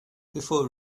before